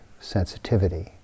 sensitivity